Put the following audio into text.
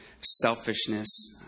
selfishness